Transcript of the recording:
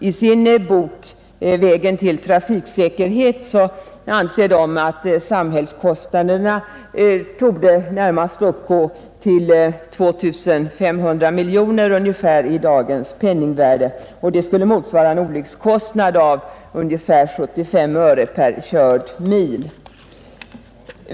I sin bok Vägen till trafiksäkerhet anser de att samhällskostnaderna snarare torde uppgå till 2 500 miljoner i dagens penningvärde, vilket motsvarar en olyckskostnad av cirka 75 öre per körd mil.